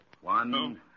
One